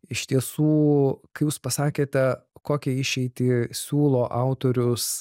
iš tiesų kai jūs pasakėte kokią išeitį siūlo autorius